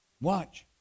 Watch